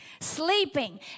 Sleeping